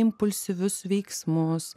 impulsyvius veiksmus